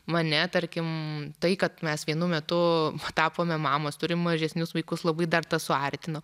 mane tarkim tai kad mes vienu metu tapome mamos turim mažesnius vaikus labai dar tas suartino